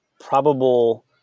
probable